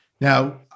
now